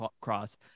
Cross